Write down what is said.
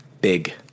big